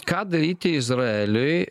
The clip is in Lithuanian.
ką daryti izraeliui